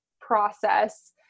process